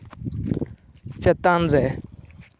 ᱪᱮᱛᱟᱱ ᱨᱮ